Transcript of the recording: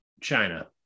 China